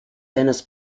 tennis